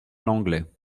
langlet